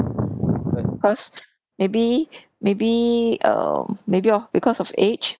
cause maybe maybe um maybe orh because of age